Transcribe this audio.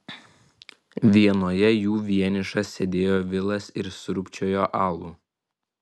vienoje jų vienišas sėdėjo vilas ir sriubčiojo alų